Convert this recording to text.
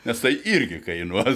nes tai irgi kainuos